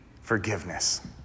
forgiveness